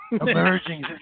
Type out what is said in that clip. Emerging